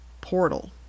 Portal